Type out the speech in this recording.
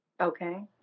Okay